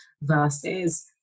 versus